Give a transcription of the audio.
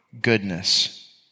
goodness